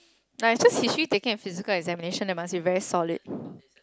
like it's just history taking a physical examination they must be very solid